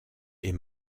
est